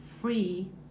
free